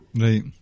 right